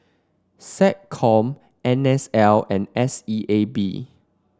SecCom N S L and S E A B